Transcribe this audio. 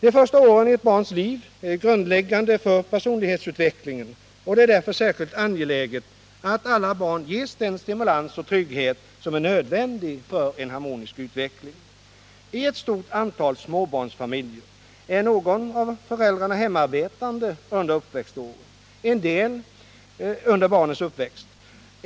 De första åren i ett barns liv är grundläggande för personlighetsutvecklingen. Det är därför särskilt angeläget att alla barn ges den stimulans och trygghet som är nödvändig för en harmonisk utveckling. I ett stort antal småbarnsfamiljer är någon av föräldrarna hemarbetande under barnens uppväxt.